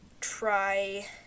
try